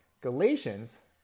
Galatians